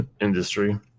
industry